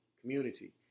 community